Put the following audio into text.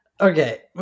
Okay